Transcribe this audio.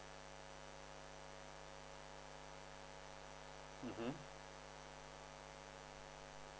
mmhmm